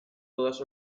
todas